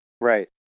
right